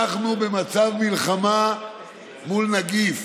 אנחנו במצב מלחמה מול נגיף,